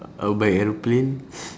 I will buy aeroplane